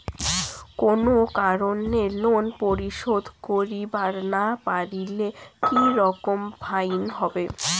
কোনো কারণে লোন পরিশোধ করিবার না পারিলে কি রকম ফাইন হবে?